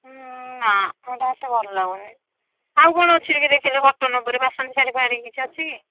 ନା ଏଇଟା ଏତେ ଭଲ ଲାଗୁନି ଆଉ କ'ଣ ଅଛି ଟିକିଏ ଦେଖାଇଲେ କଟନ୍ ଉପରେ ବାସନ୍ତୀ ଶାଢ଼ୀ ଫାଡ଼ି କିଛି ଅଛି କି